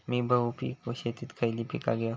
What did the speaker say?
मी बहुपिक शेतीत खयली पीका घेव?